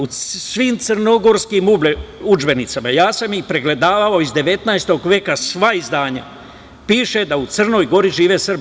U svim crnogorskim udžbenicima, ja sam ih pregledavao, iz 19. veka sva izdanja, piše da u Crnoj Gori žive Srbi.